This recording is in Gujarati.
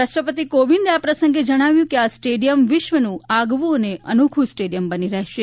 રાષ્ટ્રપતિ રામનાથ કો વિંદે આ પ્રસંગે જણાવ્યું હતું કે આ સ્ટેડિયમ વિશ્વનું આગવું અને અનોખું સ્ટેડિયમ બની રહેશે